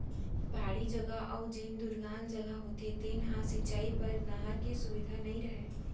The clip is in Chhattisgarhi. पहाड़ी जघा अउ जेन दुरगन जघा होथे तेन ह सिंचई बर नहर के सुबिधा नइ रहय